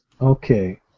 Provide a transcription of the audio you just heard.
Okay